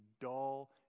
dull